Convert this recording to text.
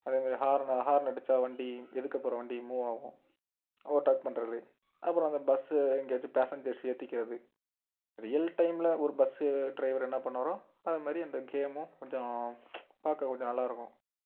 அதே மாரி ஹாரன்னு ஹாரன் அடிச்சால் வண்டி எதுக்க போகிற வண்டி மூவ் ஆகும் ஓவர் டாக் பண்ணுறது அப்புறம் அந்த பஸ்ஸு எங்கேயாச்சும் பேஸஞ்சர்ஸ் ஏத்திக்கிறது ரியல் டைமில் ஒரு பஸ்ஸு ட்ரைவரு என்ன பண்ணுவாரோ அது மாதிரி அந்த கேமும் கொஞ்சம் பார்க்க கொஞ்சம் நல்லா இருக்கும்